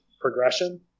progression